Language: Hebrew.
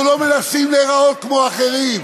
אנחנו לא מנסים להיראות כמו אחרים.